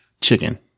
chicken